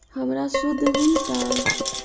हमरा शुद्ध मिलता?